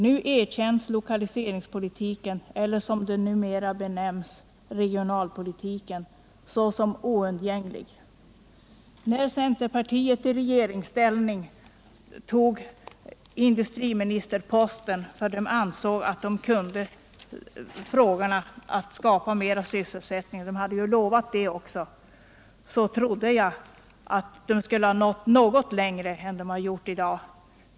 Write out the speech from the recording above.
Nu erkänns lokaliseringspolitiken, eller som den numera benämnes, regionalpolitiken, såsom oundgänglig.” När centerpartisterna i regeringsställning tog industriministerposten för att de ansåg att de kunde de frågor som hänger samman med sysselsättningen — de hade ju lovat så många nya jobb — trodde jag att de skulle nå längre än de har gjort i dag.